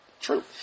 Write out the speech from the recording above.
true